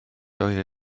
doedd